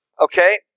okay